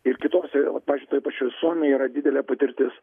ir kitose vat pavyzdžiui toj pačioj suomijoj yra didelė patirtis